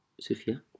Sophia